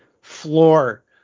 floor